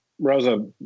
Rosa